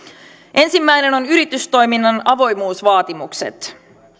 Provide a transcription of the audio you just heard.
ensimmäinen on yritystoiminnan avoimuusvaatimukset